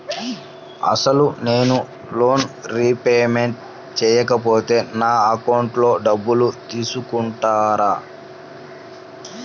అసలు నేనూ loan repayment చేయకపోతే నా అకౌంట్లో డబ్బులు తీసుకుంటారా?